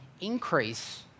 increase